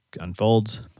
unfolds